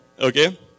Okay